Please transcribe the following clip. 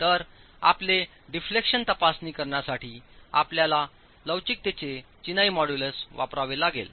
तर आपले डिफ्लेक्शन तपासणी करण्यासाठी आपल्याला लवचिकतेचे चिनाई मॉड्यूलस वापरावे लागेल